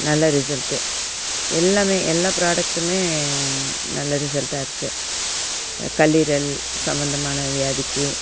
நல்ல ரிசல்ட்டு எல்லாமே எல்லா ப்ராடக்ட்டுமே நல்ல ரிசல்ட்டாக இருக்குது கல்லீரல் சம்பந்தமான வியாதிக்கு